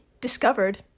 discovered